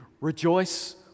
Rejoice